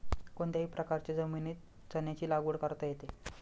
कोणत्याही प्रकारच्या जमिनीत चण्याची लागवड करता येते